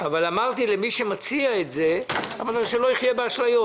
אבל אמרתי למי שמציע שלא יחיה באשליות.